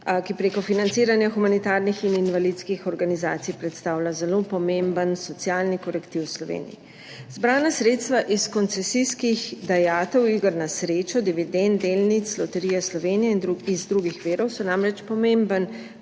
ki prek financiranja humanitarnih in invalidskih organizacij predstavlja zelo pomemben socialni korektiv v Sloveniji. Zbrana sredstva iz koncesijskih dajatev, iger na srečo, dividend, delnic Loterije Slovenije in iz drugih virov so namreč pomemben